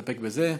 יסתפק בזה.